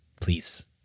please